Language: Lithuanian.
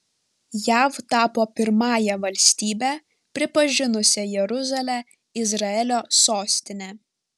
jav tapo pirmąja valstybe pripažinusia jeruzalę izraelio sostine